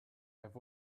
have